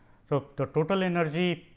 so, the total energy